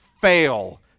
fail